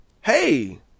hey